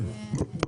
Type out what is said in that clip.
כן.